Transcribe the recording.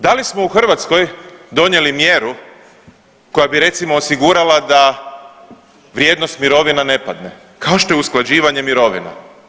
Da li smo u Hrvatskoj donijeli mjeru koja bi recimo osigurala da vrijednost mirovina ne padne kao što je usklađivanje mirovina?